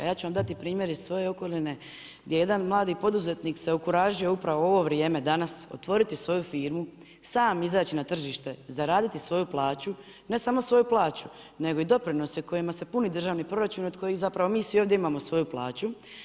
Ja ću vam dati primjer iz svoje okoline gdje jedan mladi poduzetnik se okuražio upravo u ovo vrijeme danas, otvoriti svoju firmu, sam izaći na tržište, zaraditi svoju plaću, ne samo svoju plaću, nego i doprinose kojima se puni državni proračun i od kojih zapravo mi svi ovdje imamo svoju plaću.